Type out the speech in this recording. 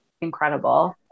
incredible